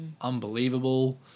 unbelievable